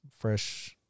fresh